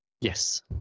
Yes